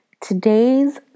Today's